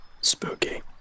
Spooky